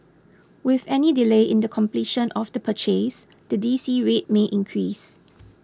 with any delay in the completion of the purchase the D C rate may increase